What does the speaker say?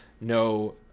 no